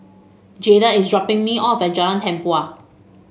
Jayda is dropping me off at Jalan Tempua